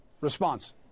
Response